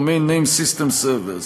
Domain Name System servers,